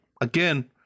again